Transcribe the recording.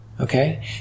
okay